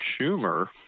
Schumer